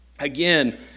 Again